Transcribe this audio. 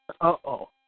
Uh-oh